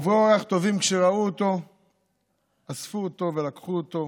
ועוברי אורח טובים שראו אותו אספו אותו ולקחו אותו